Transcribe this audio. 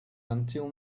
until